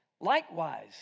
Likewise